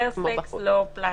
פרספקס, לא פלסטיק.